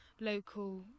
local